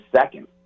second